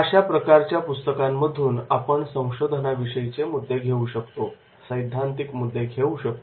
अशा प्रकारच्या पुस्तकांमधून आपण संशोधनाविषयी चे मुद्दे घेऊ शकतो सैद्धांतिक मुद्दे घेऊ शकतो